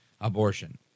Abortion